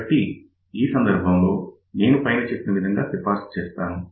కాబట్టి ఈ సందర్భంలో నేను పైన చెప్పిన విధంగా సిఫార్సు చేస్తాను